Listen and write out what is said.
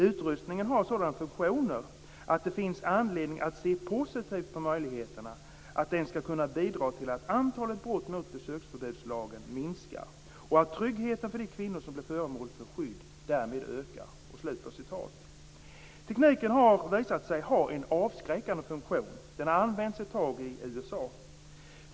Utrustningen har sådana funktioner att det finns anledning att se positivt på möjligheterna att den skall kunna bidra till att antalet brott mot besöksförbudslagen minskar och att tryggheten för de kvinnor som blir föremål för skydd, därmed ökar." Tekniken har visat sig ha en avskräckande funktion. Den har använts ett tag i USA.